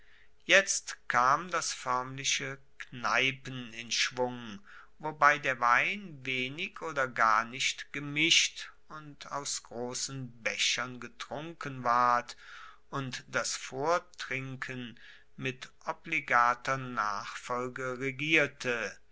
jetzt kam das foermliche kneipen in schwung wobei der wein wenig oder gar nicht gemischt und aus grossen bechern getrunken ward und das vortrinken mit obligater nachfolge regierte